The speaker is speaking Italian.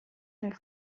nel